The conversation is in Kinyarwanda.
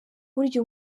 burya